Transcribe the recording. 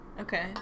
Okay